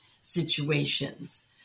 situations